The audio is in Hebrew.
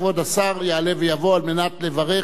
כבוד השר יעלה ויבוא על מנת לברך